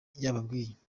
yababwiye